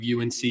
UNC